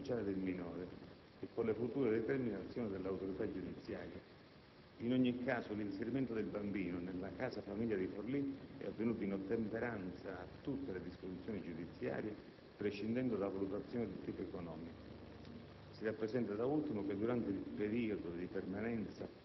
e ciò compatibilmente con il progetto educativo e psico-sociale del minore e con le future determinazioni dell'autorità giudiziaria. In ogni caso, l'inserimento del bambino nella casa famiglia di Forlì è avvenuto in ottemperanza a tutte le disposizioni giudiziarie, prescindendo da valutazioni di tipo economico.